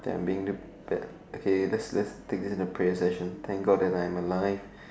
can been that okay let's let's take this prayer's session thank God that I'm alive